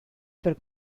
per